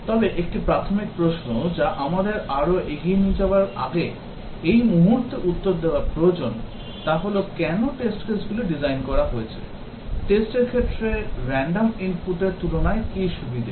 তবে একটি প্রাথমিক প্রশ্ন যা আমাদের আরও এগিয়ে যাওয়ার আগে এই মুহুর্তে উত্তর দেওয়া প্রয়োজন তা হল কেন test case গুলি design করা হয়েছে test র ক্ষেত্রে random input র তুলনায় কী সুবিধা